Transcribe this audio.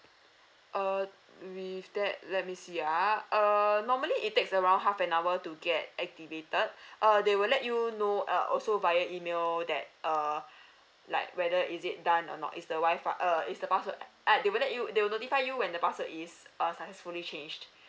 uh with that let me see ah err normally it takes around half an hour to get activated uh they will let you know uh also via email that err like whether is it done or not is the WI-FI uh is the password ah they will let you they will notify you when the password is uh successfully changed